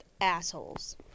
assholes